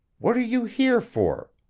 what are you here for?